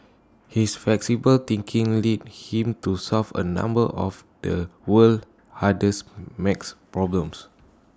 his flexible thinking lead him to solve A number of the world's hardest max problems